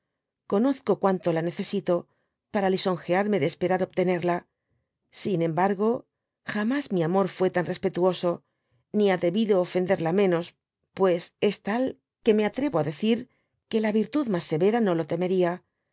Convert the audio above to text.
conozco cuanto la necesito para lisonjearme de esperar obtenerla sin embargo jamas mi amor fué tan respetuoso ni ha debido ofenderla menos pues es tal que me atrevo á decir que la virtud mas severa no lo